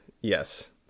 Yes